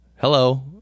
Hello